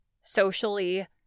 socially